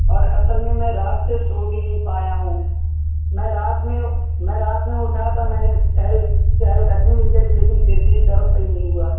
اور اصل میں میں رات سے سو بھی نہیں پایا ہوں میں رات میں میں رات میں اٹھا تو میں نے چہل چہل قدمی بھی کری لیکن پھر بھی درد صحیح نہیں ہوا